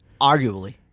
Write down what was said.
arguably